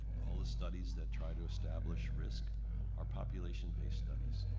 all the studies that try to establish risk are population-based studies.